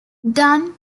dunn